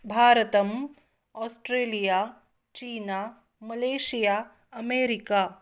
भारतम् आस्ट्रेलिया चीना Malaysia America